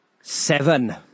Seven